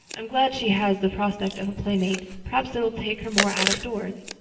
i'm glad she has the prospect of a playmate perhaps it will take her more out-of-doors.